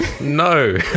no